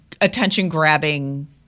attention-grabbing